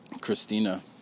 Christina